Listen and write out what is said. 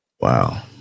Wow